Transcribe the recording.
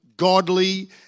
Godly